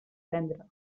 cendra